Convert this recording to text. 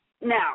Now